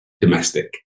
domestic